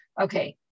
Okay